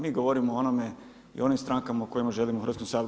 Mi govorimo o onome i onim strankama o kojima želimo u Hrvatskom saboru.